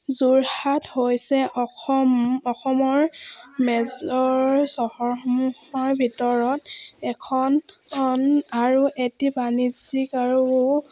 যোৰহাট হৈছে অসম অসমৰ মেজৰ চহৰসমূহৰ ভিতৰত এখন আৰু এটি বাণিজ্যিক আৰু